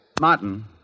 Martin